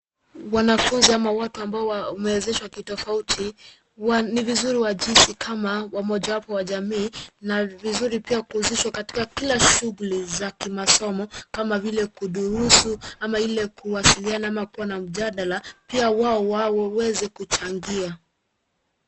Wanafunzi ni watu ambao wana ulemavu tofauti. Ni muhimu wajihisi kama sehemu ya jamii na washirikishwe katika kila shughuli za masomo kama vile kujisomea, kuwasiliana au kushiriki mijadala, ili nao pia waweze kuchangia